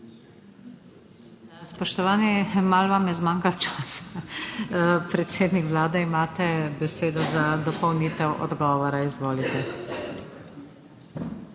Spoštovani, malo vam je zmanjkalo časa. Predsednik Vlade, imate besedo za dopolnitev odgovora. Izvolite.